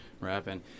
rapping